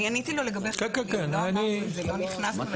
אני עניתי לו לגבי למה זה לא נכנס.